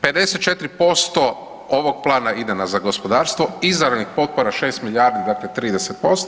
54% ovog plana ide za gospodarstvo, izravnih potpora 6 milijardi dakle 30%